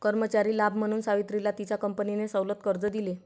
कर्मचारी लाभ म्हणून सावित्रीला तिच्या कंपनीने सवलत कर्ज दिले